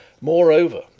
Moreover